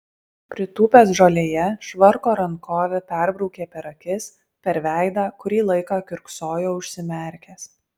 pritūpęs žolėje švarko rankove perbraukė per akis per veidą kurį laiką kiurksojo užsimerkęs